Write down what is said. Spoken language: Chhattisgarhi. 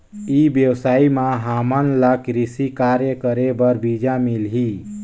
ई व्यवसाय म हामन ला कृषि कार्य करे बर बीजा मिलही?